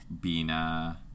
Bina